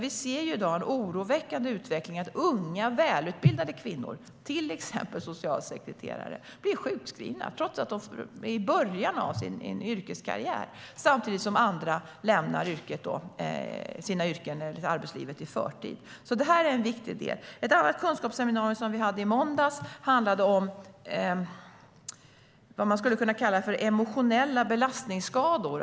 Vi ser ju i dag en oroväckande utveckling där unga, välutbildade kvinnor, till exempel socialsekreterare, blir sjukskrivna trots att de är i början av sin yrkeskarriär, samtidigt som andra lämnar sina yrken och arbetslivet i förtid. Det är en viktig del. Ett annat kunskapsseminarium som vi hade i måndags handlade om vad man skulle kunna kalla emotionella belastningsskador.